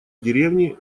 деревни